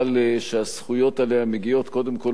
אבל הזכויות עליה מגיעות קודם כול